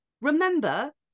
remember